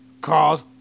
called